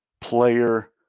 player